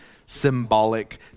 symbolic